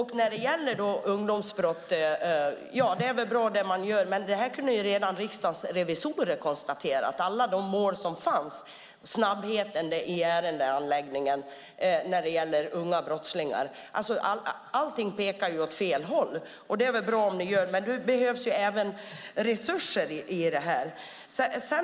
I fråga om ungdomsbrott är väl det man gör bra, men redan Riksdagens revisorer kunde konstatera att när det gäller snabbheten i ärendehandläggningen av alla de mål som gäller unga brottslingar pekar allting åt fel håll. Det är väl bra om ni gör något, men nu behövs även resurser här.